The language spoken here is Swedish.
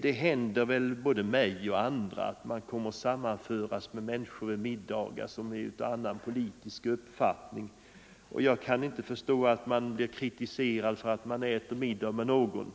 Det händer väl både mig och andra att vi under middagar sammanförs med människor som är av annan politisk uppfattning än vi själva. Jag kan inte förstå att man skall bli kritiserad för att man äter middag med någon.